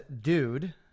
Dude